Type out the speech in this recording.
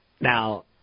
Now